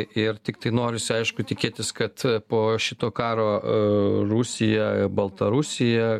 ir tiktai norisi aišku tikėtis kad po šito karo rusija baltarusija